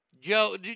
Joe